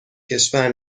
کشور